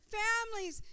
families